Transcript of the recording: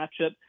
matchup